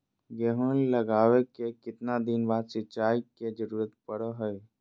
गेहूं लगावे के कितना दिन बाद सिंचाई के जरूरत पड़ो है?